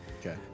Okay